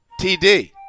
TD